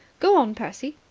go on, percy.